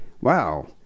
wow